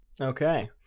Okay